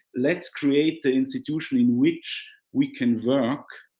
let's create the institution in which we can work,